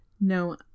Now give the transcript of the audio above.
no